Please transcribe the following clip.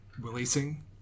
releasing